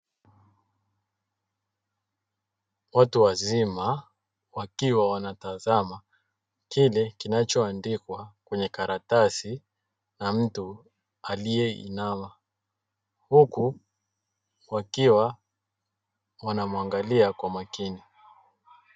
Watu wazima wakiwa wanatazama kile kinachoandikwa kwenye karatasi na mtu aliyeinama, huku wakiwa wanamwangalia kwa makini.